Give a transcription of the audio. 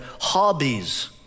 Hobbies